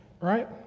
right